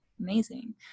Amazing